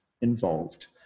involved